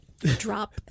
drop